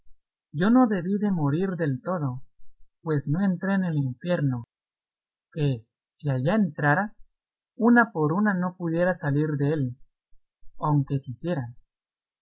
yo no debí de morir del todo pues no entré en el infierno que si allá entrara una por una no pudiera salir dél aunque quisiera